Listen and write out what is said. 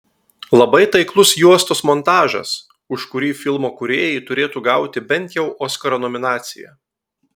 labai taiklus juostos montažas už kurį filmo kūrėjai turėtų gauti bent jau oskaro nominaciją